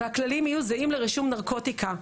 והכללים יהיו זהים לרישום נרקוטיקה.